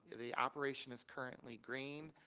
the operation is currently green.